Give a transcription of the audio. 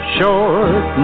Short